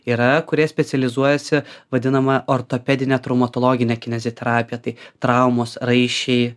yra kurie specializuojasi vadinama ortopedinė traumatologinė kineziterapija tai traumos raiščiai